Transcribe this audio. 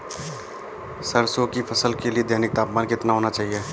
सरसों की फसल के लिए दैनिक तापमान कितना होना चाहिए?